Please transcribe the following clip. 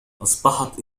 أصبحت